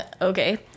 okay